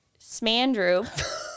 Smandrew